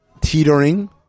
teetering